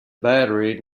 battery